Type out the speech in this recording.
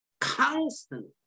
constantly